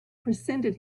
presented